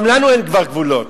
גם לנו אין כבר גבולות.